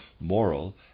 moral